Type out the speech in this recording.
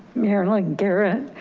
marilyn garrett.